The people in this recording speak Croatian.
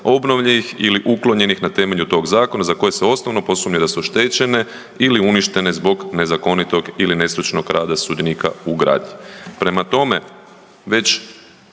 obnovljenih ili uklonjenih na temelju tog zakona za koje se osnovno sumnja da su oštećene ili uništene zbog nezakonitog ili nestručnog rada sudionika u gradnji.